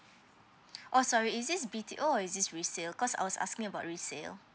oh sorry is this B_T_O or is this resale cause I was asking about resale